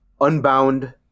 Unbound